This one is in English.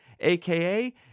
aka